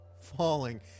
falling